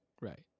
right